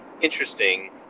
Interesting